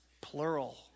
plural